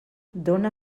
dóna